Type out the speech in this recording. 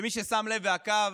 ומי ששם לב ועקב,